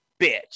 bitch